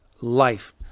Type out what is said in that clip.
life